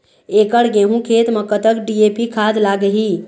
एकड़ गेहूं खेत म कतक डी.ए.पी खाद लाग ही?